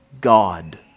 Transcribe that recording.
God